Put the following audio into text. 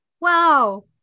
Wow